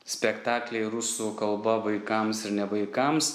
spektakliai rusų kalba vaikams ir ne vaikams